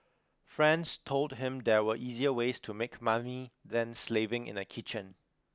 friends told him there were easier ways to make money than slaving in a kitchen